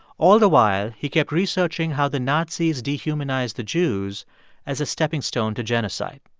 all the while, he kept researching how the nazis dehumanized the jews as a stepping stone to genocide.